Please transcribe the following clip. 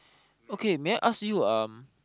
okay may I ask you um